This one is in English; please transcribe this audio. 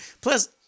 Plus